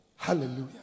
Hallelujah